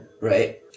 right